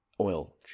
oil